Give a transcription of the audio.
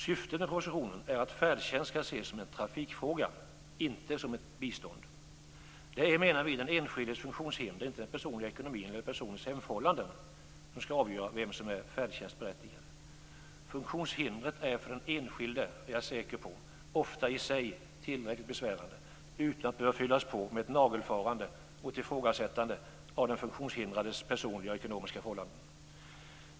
Syftet med propositionen är att färdtjänst skall ses som en trafikfråga - inte som ett bistånd. Det är, menar vi, den enskildes funktionshinder och inte den personliga ekonomin eller personens hemförhållanden som skall avgöra vem som är färdtjänstberättigad. Jag är säker på att funktionshindret för den enskilde ofta i sig är tillräckligt besvärande och att det inte behöver fyllas på med ett nagelfarande och ett ifrågasättande av den funktionshindrades personliga och ekonomiska förhållanden.